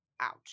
ouch